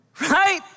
right